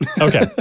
Okay